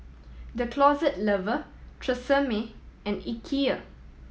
The Closet Lover Tresemme and Ikea